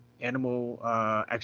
animal